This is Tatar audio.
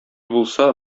булса